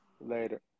Later